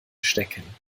stecken